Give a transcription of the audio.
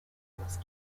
kings